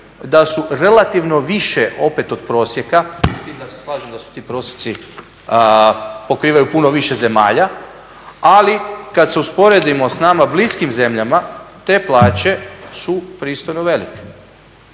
da su relativno više opet od prosjeka, s tim da se slažem da su ti prosjeci pokrivaju puno više zemalja, ali kad se usporedimo s nama bliskim zemljama, te plaće su pristojno velike.